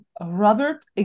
Robert